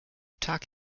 tag